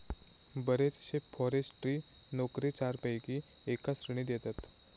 बरेचशे फॉरेस्ट्री नोकरे चारपैकी एका श्रेणीत येतत